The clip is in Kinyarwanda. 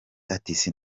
ati